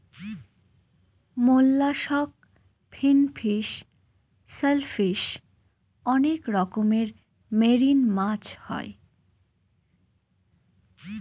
mollusc, finfish, shellfish অনেক রকমের marine মাছ হয়